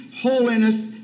Holiness